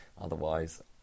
Otherwise